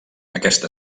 aquesta